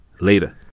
later